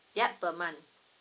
yup per month